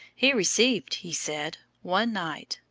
he received, he said, one night,